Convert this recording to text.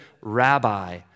Rabbi